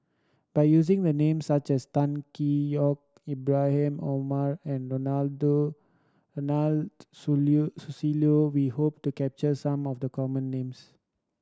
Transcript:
by using the names such as Tan Hwee Yock Ibrahim Omar and Ronald Susilo we hope to capture some of the common names